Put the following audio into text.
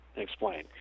explain